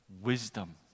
wisdom